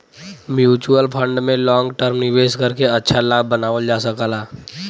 mutual fund में long term निवेश करके अच्छा लाभ बनावल जा सकला